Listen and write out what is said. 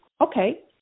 okay